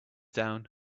down